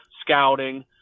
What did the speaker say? scouting